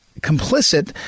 complicit